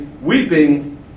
weeping